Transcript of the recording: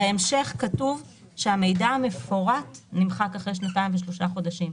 בהמשך כתוב שהמידע המפורט נמחק אחרי שנתיים ושלושה חודשים.